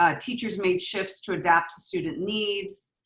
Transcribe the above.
ah teachers made shifts to adapt to student needs.